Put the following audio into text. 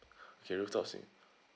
okay rooftop swim